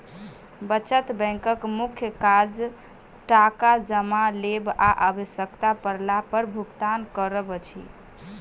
बचत बैंकक मुख्य काज टाका जमा लेब आ आवश्यता पड़ला पर भुगतान करब अछि